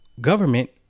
government